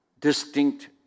distinct